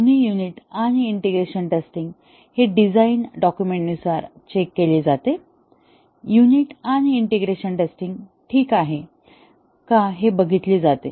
दोन्ही युनिट आणि integration testing हे डिझाईन डॉक्युमेंटनुसार चेक केले जाते युनिट आणि इंटिग्रेशन टेस्टिंग ठीक आहे का हे बघितले जाते